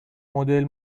مدل